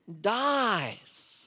dies